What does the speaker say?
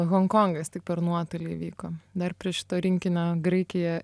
honkongas tik per nuotolį įvyko dar prie šito rinkinio graikija